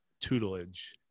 tutelage